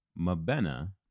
Mabena